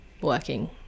working